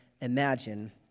imagine